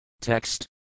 Text